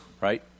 Right